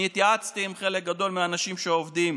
אני התייעצתי עם חלק גדול מהאנשים שעובדים